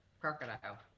crocodile